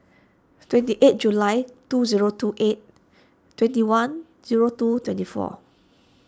twenty eight July two zero two eight twenty one zero two twenty four